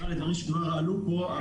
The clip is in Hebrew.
אני רוצה להתייחס לדברים שלא עלו פה.